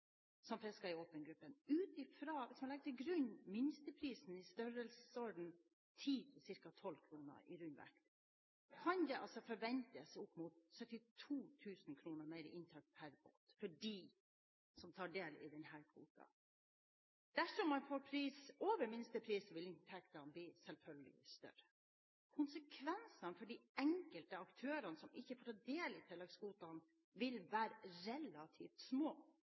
som fisker i åpen gruppe. Hvis man legger til grunn minsteprisen, i størrelsesorden 10 kr til ca. 12 kr i rundvekt, kan det forventes opp mot 72 000 kr mer i inntekt per båt for dem som tar del i denne kvoten. Dersom man får pris over minstepris, vil inntektene selvfølgelig bli større. Konsekvensene for de enkelte aktørene som ikke får ta del i tilleggskvotene, vil være relativt små,